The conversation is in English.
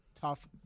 tough